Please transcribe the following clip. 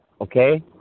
okay